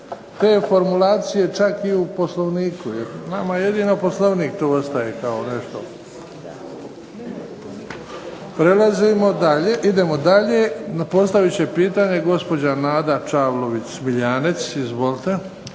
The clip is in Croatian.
te formulacije, čak i u Poslovniku jer nama jedino Poslovnik tu ostaje kao nešto. Idemo dalje. Postavit će pitanje gospođa Nada Čavlović Smiljanec. Izvolite.